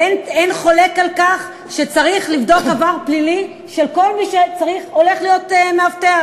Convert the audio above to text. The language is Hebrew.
ואין חולק על כך שצריך לבדוק עבר פלילי של כל מי שהולך להיות מאבטח,